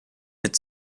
mit